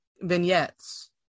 vignettes